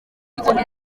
ikora